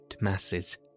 masses